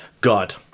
God